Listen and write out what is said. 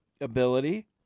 ability